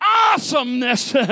awesomeness